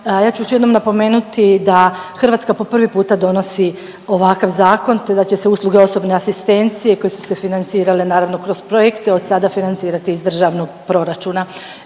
Ja ću još jednom napomenuti da Hrvatska po prvi puta donosi ovakav zakon, te da će se usluge osobne asistencije koje su se financirale naravno kroz projekte od sada financirati iz državnog proračuna.